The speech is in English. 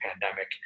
pandemic